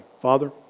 Father